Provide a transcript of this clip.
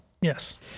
Yes